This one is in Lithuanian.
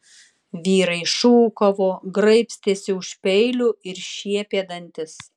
vyrai šūkavo graibstėsi už peilių ir šiepė dantis